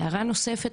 והערה נוספת,